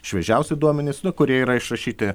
šviežiausi duomenys kurie yra išrašyti